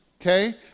okay